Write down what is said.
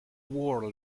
war